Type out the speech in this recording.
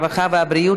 הרווחה והבריאות